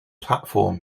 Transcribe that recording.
platform